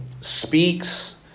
speaks